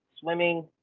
swimming